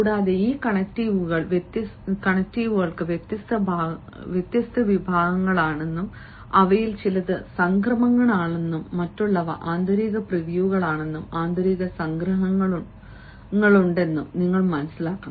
കൂടാതെ ഈ കണക്റ്റീവുകൾ വ്യത്യസ്ത വിഭാഗങ്ങളാണെന്നും അവയിൽ ചിലത് സംക്രമണങ്ങളാണെന്നും മറ്റുള്ളവ ആന്തരിക പ്രിവ്യൂകളാണെന്നും ആന്തരിക സംഗ്രഹങ്ങളുണ്ടെന്നും നിങ്ങൾ മനസ്സിലാക്കണം